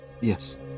yes